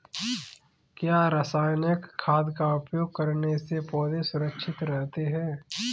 क्या रसायनिक खाद का उपयोग करने से पौधे सुरक्षित रहते हैं?